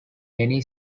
many